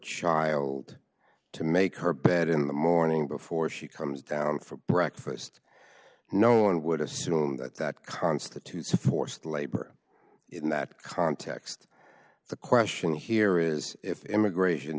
child to make her bed in the morning before she comes down for breakfast no one would assume that that constitutes a forced labor in that context the question here is if immigration